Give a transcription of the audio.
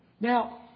Now